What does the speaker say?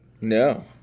No